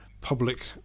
public